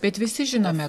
bet visi žinome